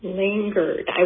lingered